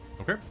okay